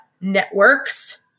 networks